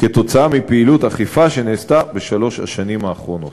כתוצאה מפעילות אכיפה שנעשתה בשלוש השנים האחרונות.